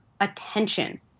attention